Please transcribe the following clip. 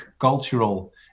cultural